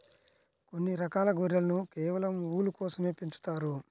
కొన్ని రకాల గొర్రెలను కేవలం ఊలు కోసమే పెంచుతారు